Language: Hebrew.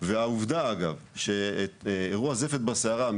והעובדה היא שאירוע זפת בסערה,